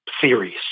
theories